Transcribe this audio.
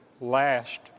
last